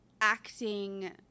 acting